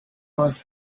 was